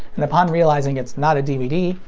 and upon realising it's not a dvd,